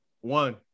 One